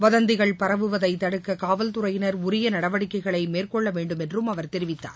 வதந்திகள் பரவுவதை தடுக்க னவல்துறையினர் உரிய நடவடிக்கைகளை மேற்கொள்ள வேண்டும் என்றும் அவர் தெரிவித்தார்